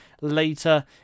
later